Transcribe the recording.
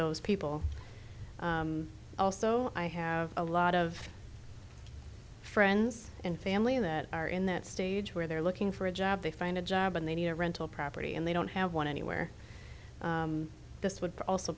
those people also i have a lot of friends and family that are in that stage where they're looking for a job they find a job and they need a rental property and they don't have one anywhere this would also